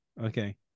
Okay